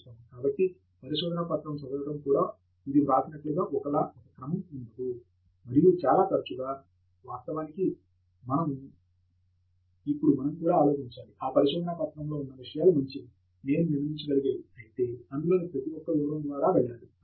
కాబట్టి పరిశోదనా పత్రము చదవడం కూడా ఇది వ్రాసినట్లుగా ఒకేలా ఒక క్రమం ఉండదు మరియు చాలా తరచుగా వాస్తవానికి మనం ఇప్పుడు మనం కూడా ఆలోచించాలి ఆ పరిశోదనా పత్రము లో ఉన్న విషయాలు మంచివి నేను నిర్మించగలిగేవి ఐతే అందులోని ప్రతి ఒక్క వివరము ద్వారా వెళ్ళాలి